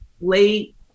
late